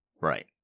Right